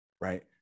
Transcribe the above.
Right